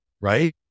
right